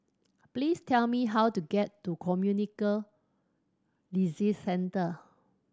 please tell me how to get to Communicable Disease Centre